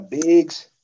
Biggs